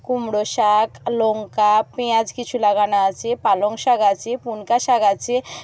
কুমড়ো শাক লঙ্কা পেঁয়াজ কিছু লাগানো আছে পালং শাক আছে পুঙ্কা শাক আছে